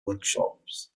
workshops